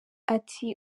ati